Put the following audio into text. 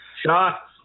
Shots